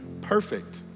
perfect